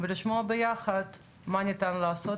ומה ניתן לעשות,